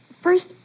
First